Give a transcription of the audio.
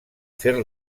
fer